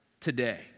today